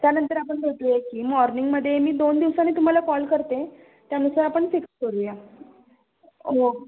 त्यानंतर आपण भेटूया की मॉर्निंगमध्ये मी दोन दिवसांनी तुम्हाला कॉल करते त्यानुसार आपण फिक्स करूया हो